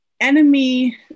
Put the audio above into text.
Enemy